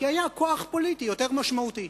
כי היה כוח פוליטי יותר משמעותי.